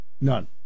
None